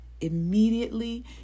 Immediately